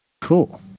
Cool